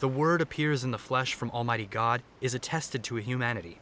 the word appears in the flesh from almighty god is attested to humanity